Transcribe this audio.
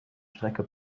strecke